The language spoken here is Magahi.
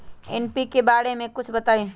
एन.पी.के बारे म कुछ बताई?